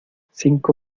cinco